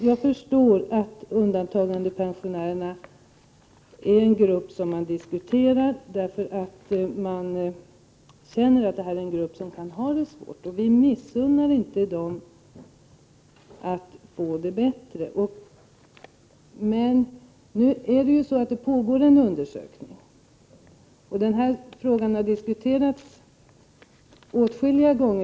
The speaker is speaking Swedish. Jag förstår att undantagandepensionärerna är en grupp som diskuteras, för man känner att detta är en grupp som kan ha det svårt. Vi missunnar inte dem att få det bättre. Den här frågan har diskuterats åtskilliga gånger.